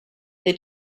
they